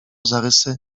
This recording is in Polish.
zarysy